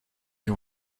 you